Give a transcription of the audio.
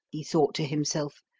he thought to himself,